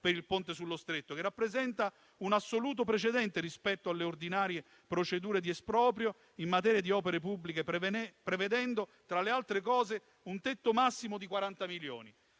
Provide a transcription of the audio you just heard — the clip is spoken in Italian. per il Ponte sullo Stretto, che rappresenta un assoluto precedente rispetto alle ordinarie procedure di esproprio in materia di opere pubbliche, prevedendo, tra le altre cose, un tetto massimo di 40 milioni.